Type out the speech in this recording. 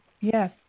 yes